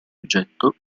progetto